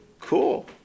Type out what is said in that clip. cool